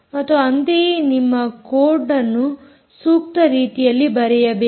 ಮತ್ತು ಅಂತೆಯೇ ನಿಮ್ಮ ಕೋಡ್ಅನ್ನು ಸೂಕ್ತ ರೀತಿಯಲ್ಲಿ ಬರೆಯಬೇಕು